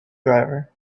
driver